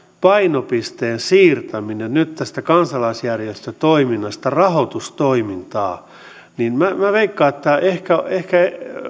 painopisteen siirtäminen nyt tästä kansalaisjärjestötoiminnasta rahoitustoimintaan on sellainen että minä veikkaan että ehkä